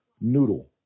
noodle